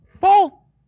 Paul